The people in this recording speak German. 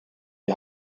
die